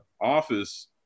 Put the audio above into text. office